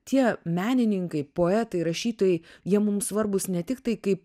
tie menininkai poetai rašytojai jie mums svarbūs ne tik tai kaip